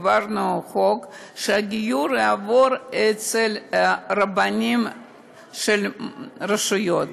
העברנו חוק שהגיור יעבור אצל רבנים של הרשויות,